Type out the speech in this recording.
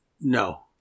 No